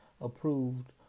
approved